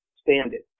standard